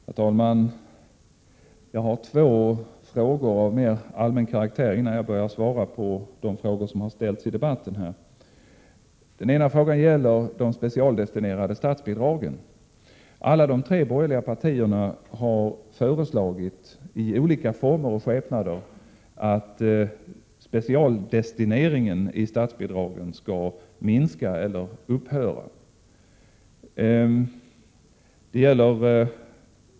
Herr talman! Jag har två frågor av mer allmän karaktär innan jag börjar svara på de frågor som har ställts i debatten. Den ena gäller de specialdestinerade statsbidragen. Alla de tre borgerliga partierna har föreslagit — i olika former och skepnader — att specialdestineringen i statsbidragen skall minska eller upphöra.